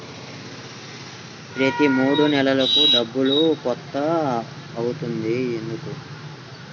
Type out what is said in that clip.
ప్రతి మూడు నెలలకు డబ్బులు కోత అవుతుంది ఎందుకు?